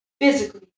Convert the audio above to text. Physically